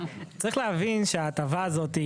צריך להבין שההטבה הזאת,